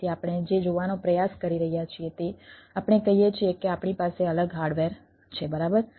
તેથી આપણે જે જોવાનો પ્રયાસ કરી રહ્યા છીએ તે આપણે કહીએ છીએ કે આપણી પાસે અલગ હાર્ડવેર છે બરાબર